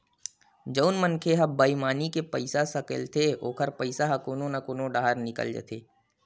जउन मनखे ह बईमानी ले पइसा सकलथे ओखर पइसा ह कोनो न कोनो डाहर निकल जाथे